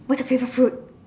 what's your favourite fruit